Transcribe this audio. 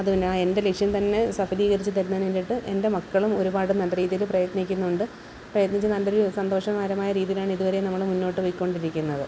അത് തന്നെ എന്റെ ലക്ഷ്യം തന്നെ സഫലീകരിച്ച് തരുന്നതിന് വേണ്ടിയിട്ട് എന്റെ മക്കളും ഒരുപാട് നല്ല രീതിയില് പ്രയത്നിക്കുന്നുണ്ട് പ്രയത്നിച്ച് നല്ലൊരു സന്തോഷകരമാമായ രീതിയിലാണ് ഇതുവരെയും നമ്മള് മുന്നോട്ട് പൊയ്ക്കൊണ്ടിരിക്കുന്നത്